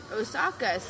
Osaka